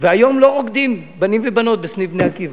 והיום לא רוקדים בנים ובנות בסניף "בני עקיבא".